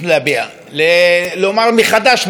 לומר מחדש מה אנשים אומרים,